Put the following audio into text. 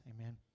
Amen